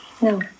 No